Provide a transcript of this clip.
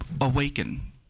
awaken